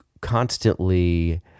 constantly